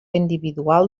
individual